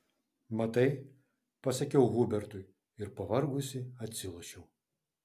matai pasakiau hubertui ir pavargusi atsilošiau